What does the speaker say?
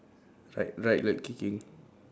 right right leg kicking